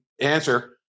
answer